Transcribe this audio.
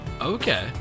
Okay